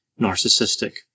narcissistic